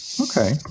okay